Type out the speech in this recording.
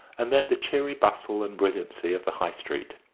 and then the cheery bustle and brilliancy of the high street.